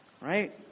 Right